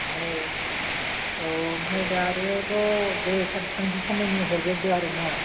ओमफाय औ ओमफाय दायोथ' दे सार सानसे साननैनि हरगोरदो आरोना